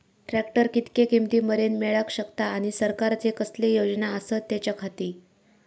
Tractor कितक्या किमती मरेन मेळाक शकता आनी सरकारचे कसले योजना आसत त्याच्याखाती?